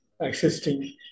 existing